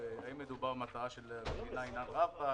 "האם מדובר במטרה שלמדינה עניין רב בה",